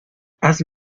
has